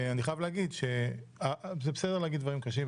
אני חייב להגיד שזה בסדר להגיד דברים קשים,